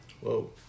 Whoa